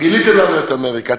גיליתם לנו את אמריקה.